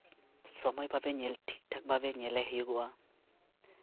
ᱥᱚᱢᱚᱭ ᱵᱷᱟᱵᱮ ᱧᱮᱞ ᱴᱷᱤᱠ ᱴᱷᱟᱠ ᱵᱷᱟᱵᱮ ᱧᱮᱞᱮ ᱦᱩᱭᱩᱜᱚᱜᱼᱟ